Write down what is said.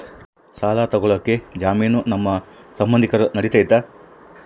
ಸಾಲ ತೊಗೋಳಕ್ಕೆ ಜಾಮೇನು ನಮ್ಮ ಸಂಬಂಧಿಕರು ನಡಿತೈತಿ?